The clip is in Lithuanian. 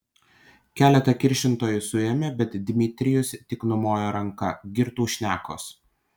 keletą kiršintojų suėmė bet dmitrijus tik numojo ranka girtų šnekos